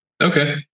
Okay